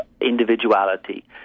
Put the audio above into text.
individuality